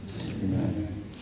Amen